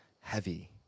heavy